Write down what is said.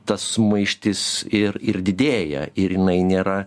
ta sumaištis ir ir didėja ir jinai nėra